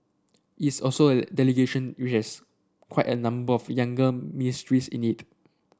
it's also a delegation which has quite a number of younger ministers in it